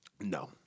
No